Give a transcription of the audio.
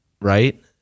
right